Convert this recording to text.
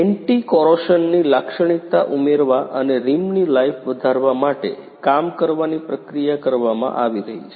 એન્ટિકોરોશનની લાક્ષણિકતા ઉમેરવા અને રિમની લાઈફ વધારવા માટે કામ કરવાની પ્રક્રિયા કરવામાં આવી રહી છે